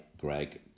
Greg